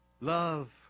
love